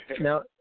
Now